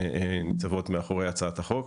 שניצבות מאחורי הצעת החוק.